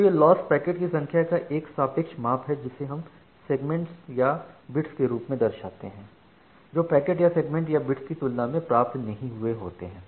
तो यह लॉस पैकेटों की संख्या का एक सापेक्ष माप है जिसे हम सेगमेंट या बिट्स के रूप में दर्शाते हैं जो पैकेट या सेगमेंट या बिट्स की तुलना में प्राप्त नहीं हुए होते हैं